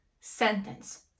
sentence